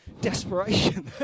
desperation